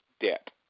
debt